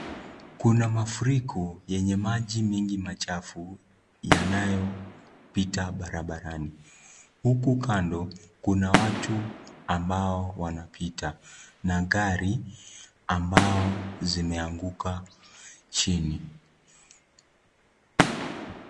Kuna mafuriko yenye maji mengi machafu yanayopita barabarani, huku kando kuna watu ambao wanapita na gari ambao zimeanguka chini.